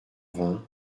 vingt